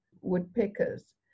woodpeckers